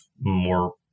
more